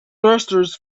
thrusters